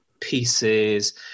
pieces